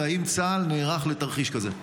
2. האם צה"ל נערך לתרחיש כזה?